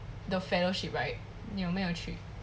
the fellowship right 你有没有去